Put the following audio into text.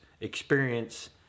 experience